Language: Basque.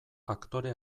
aktore